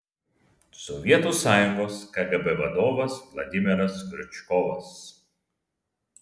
sovietų sąjungos kgb vadovas vladimiras kriučkovas